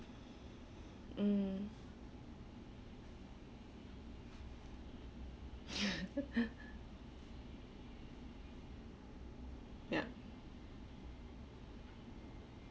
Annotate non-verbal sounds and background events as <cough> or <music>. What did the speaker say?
mm <laughs> ya